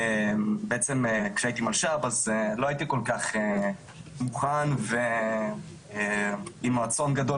בעצם כשהייתי --- אז לא הייתי כל כך מוכן ועם רצון גדול,